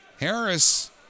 Harris